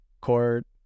court